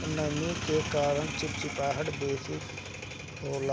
नमी के कारण चिपचिपाहट बेसी होला